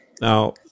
Now